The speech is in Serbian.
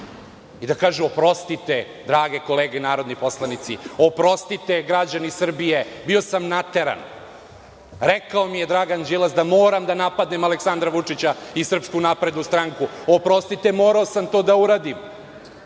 i da kaže oprostite drage kolege narodni poslanici, oprostite građani Srbije bio sam nateran. Rekao mi je Dragan Đilas da moram da napadnem Aleksandra Vučića i SNS, oprostite morao sam to da uradim.